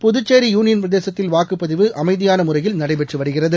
புதுச்சேரி யூனியன்பிரதேசத்தில் வாக்குப்பதிவு அமைதியான முறையில் நடைபெற்று வருகிறது